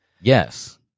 Yes